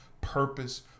purpose